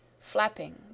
flapping